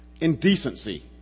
Indecency